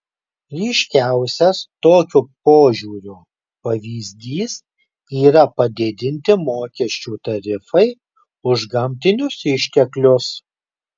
ryškiausias tokio požiūrio pavyzdys yra padidinti mokesčių tarifai už gamtinius išteklius